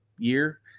year